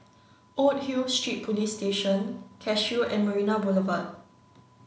old Hill Street Police Station Cashew and Marina Boulevard